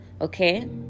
okay